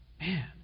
Man